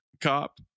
cop